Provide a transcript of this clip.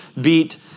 beat